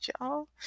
y'all